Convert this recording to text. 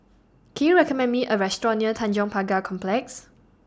Can YOU recommend Me A Restaurant near Tanjong Pagar Complex